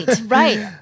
right